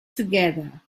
together